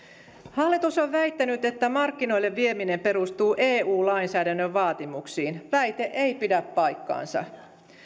hallitus on väittänyt että markkinoille vieminen perustuu eu lainsäädännön vaatimuksiin väite ei pidä paikkaansa